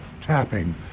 tapping